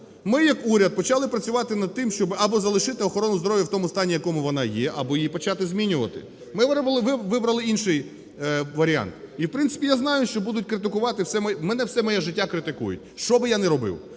Ми як уряд почали працювати над тим, щоб або залишити охорону здоров'я в тому стані, як вона є, або її почати змінювати. Ми вибрали інший варіант. І, в принципі, я знаю, що будуть критикувати. Мене все моє життя критикують, що би я не робив,